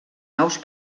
nous